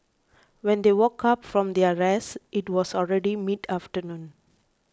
when they woke up from their rest it was already mid afternoon